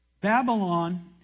Babylon